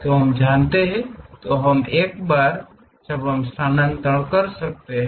को जानते हैं तो हम एक बार जब हम स्थानांतरण कर सकते हैं